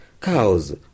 cows